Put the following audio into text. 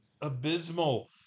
abysmal